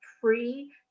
free